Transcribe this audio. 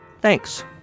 Thanks